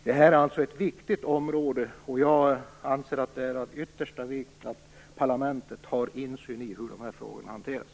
Det här är alltså ett viktigt område, och jag anser att det är av yttersta vikt att parlamentet har insyn i hur de här frågorna hanteras.